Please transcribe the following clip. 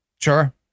Sure